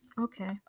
Okay